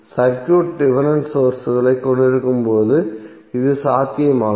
circuit dependent சோர்ஸ்களைக் கொண்டிருக்கும்போது இது சாத்தியமாகும்